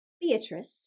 Beatrice